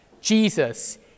Jesus